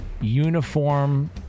uniform